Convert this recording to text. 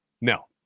No